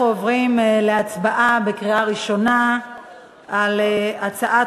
אנחנו עוברים להצבעה בקריאה ראשונה על הצעת